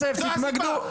זו הסיבה.